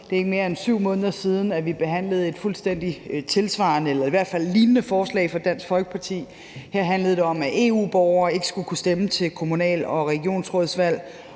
Det er ikke mere end 7 måneder siden, at vi behandlede et fuldstændig tilsvarende eller i hvert fald lignende forslag fra Dansk Folkeparti. Her handlede det om, at EU-borgere ikke skulle kunne stemme til kommunal- og regionsrådsvalg,